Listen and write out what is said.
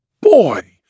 boy